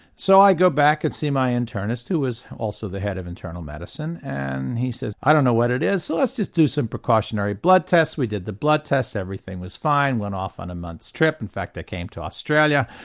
so i go back and see my internist who was also the head of internal medicine and he says i don't know what it is, so let's just do some precautionary blood tests. we did the blood tests, everything was fine, went off on a month's trip, in fact i came to australia,